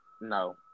no